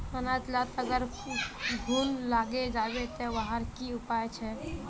अनाज लात अगर घुन लागे जाबे ते वहार की उपाय छे?